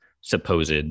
supposed